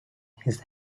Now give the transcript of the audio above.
his